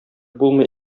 булмый